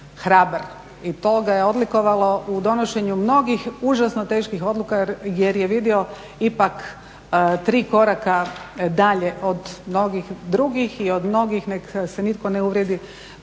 hrabar i to ga je odlikovalo u donošenju mnogih užasno teških odluka jer je vidio ipak tri koraka dalje od mnogih drugih i od mnogih neka se nitko ne uvrijedi